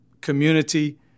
community